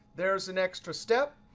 there's an extra step.